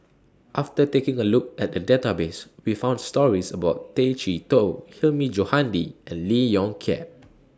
after taking A Look At The Database We found stories about Tay Chee Toh Hilmi Johandi and Lee Yong Kiat